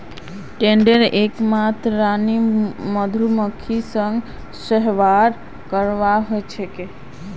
ड्रोनेर एकमात रानी मधुमक्खीर संग सहवास करवा ह छेक